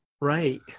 right